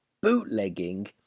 Bootlegging